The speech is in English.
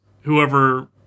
Whoever